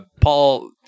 paul